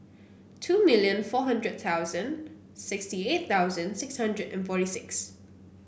two million four hundred thousand sixty eight thousand six hundred and forty six